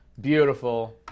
Beautiful